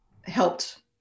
helped